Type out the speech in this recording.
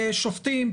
שופטים,